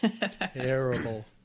terrible